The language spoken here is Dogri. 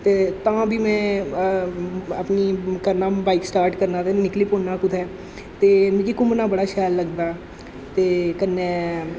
ते तां बी में अपनी करनां बाइक स्टार्ट करनां ते निकली पौन्नां कुतै ते मिगी घूमना बड़ा शैल लगदा ते कन्नै